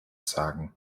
sagen